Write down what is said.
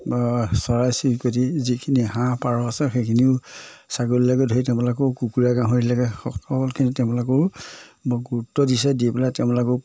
চৰাই চিৰিকটি যিখিনি হাঁহ পাৰ আছে সেইখিনিও ছাগলীলৈকে ধৰি তেওঁলোকেও কুকুৰা গাহৰিলৈকে সকলোখিনি তেওঁলোকেও গুৰুত্ব দিছে দি পেলাই তেওঁলোকক